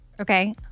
Okay